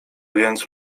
więc